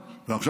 ועכשיו,